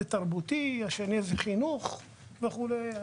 תרבות וכולי.